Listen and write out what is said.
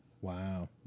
Wow